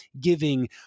giving